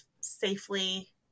safely